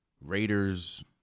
Raiders